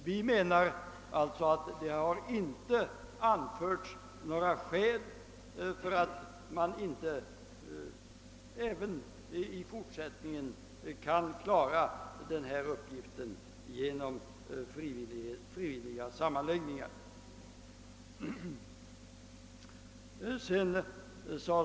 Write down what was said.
Vi för vår del menar att det inte anförts några skäl för att man inte även i fortsättningen kan klara denna uppgift genom frivilliga sammanläggningar.